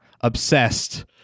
obsessed